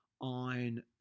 on